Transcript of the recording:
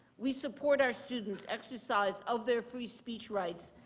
we support our students exercise of their free speech rights.